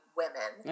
women